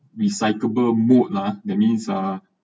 recyclable mode lah that means ah